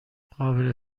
قابل